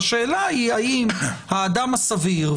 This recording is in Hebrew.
והשאלה היא האם האדם הסביר,